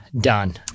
Done